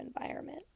environment